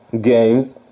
games